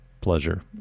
pleasure